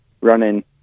running